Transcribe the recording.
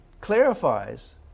clarifies